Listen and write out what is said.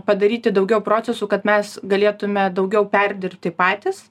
padaryti daugiau procesų kad mes galėtume daugiau perdirbti patys